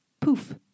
Poof